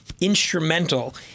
instrumental